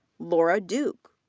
laura duke.